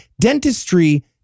Dentistry